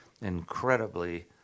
incredibly